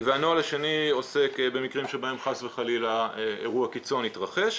והנוהל השני עוסק במקרים שבהם חס וחלילה אירוע קיצון התרחש.